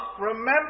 remember